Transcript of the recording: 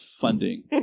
funding